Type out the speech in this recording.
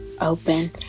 open